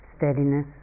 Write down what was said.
steadiness